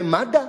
ומד"א?